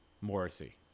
Morrissey